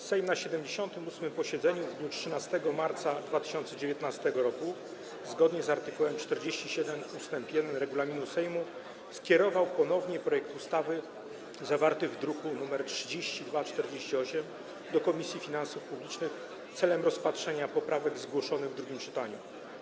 Sejm na 78. posiedzeniu w dniu 13 marca 2019 r., zgodnie z art. 47 ust. 1 regulaminu Sejmu, ponownie skierował projekt ustawy zawarty w druku nr 3248 do Komisji Finansów Publicznych celem rozpatrzenia poprawek zgłoszonych w drugim czytaniu.